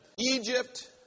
Egypt